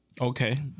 Okay